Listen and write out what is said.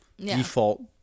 default